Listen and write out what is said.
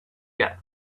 gap